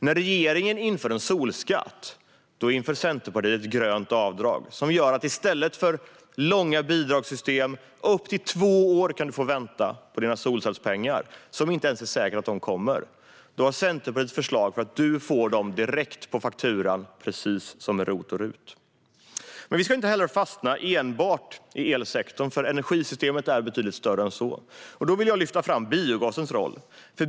När regeringen inför en solskatt inför Centerpartiet grönt avdrag, som gör att man i stället för utdragna bidragssystem - man kan få vänta upp till två år på sina solcellspengar, och det är inte säkert att de alls kommer - ska få avdraget direkt på fakturan, precis som med ROT och RUT. Vi ska inte fastna i elsektorn, för energisystemet är betydligt större än så. Jag vill lyfta fram biogasens roll.